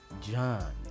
John